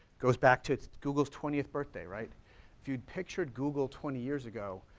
goes back to google's twentieth birthday, right? if you'd pictured google twenty years ago,